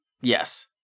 Yes